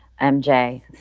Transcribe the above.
MJ